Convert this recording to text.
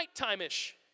nighttime-ish